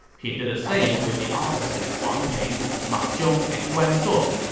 he did the same with the officers wang ping, ma zhong, and guan suo.